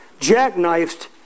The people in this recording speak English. jackknifed